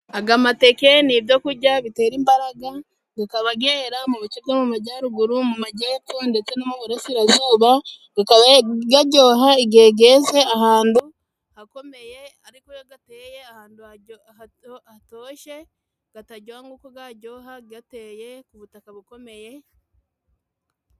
Aga mateke ni ibyokurya bitera imbaraga gakaba gera mu bice byo mu Majyaruguru , mu Majyepfo ndetse no mu Burasirazuba. Gakaba garyoha igihe geze ahantu hakomeye ariko iyo gateye ahantu hatoshye kataryoha nk'uko garyoha gateye ku butaka bukomeye.